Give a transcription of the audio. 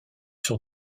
sur